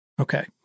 Okay